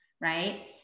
right